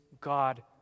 God